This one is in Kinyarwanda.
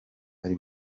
ari